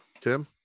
Tim